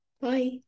Bye